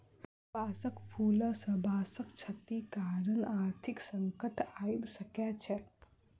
बांसक फूल सॅ बांसक क्षति कारण आर्थिक संकट आइब सकै छै